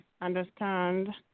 understand